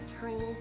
trained